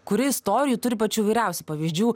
kuri istorijų turi pačių įvairiausių pavyzdžių